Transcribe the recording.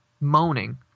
moaning